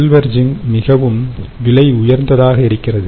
silver ஜிங்க்மிகவும் விலைஉயர்ந்ததாக இருக்கிறது